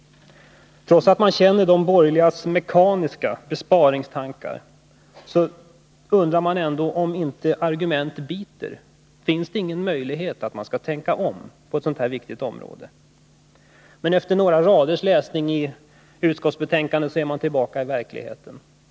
Trots att man känner de borgerligas mekaniska besparingstankar undrar man ändå om inte argument biter på dem. Finns det ingen möjlighet att få dem att tänka om på ett sådant här viktigt område? Men efter några raders läsning i utskottsbetänkandet är man tillbaka i verkligheten.